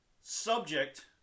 subject